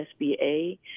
SBA